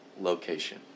location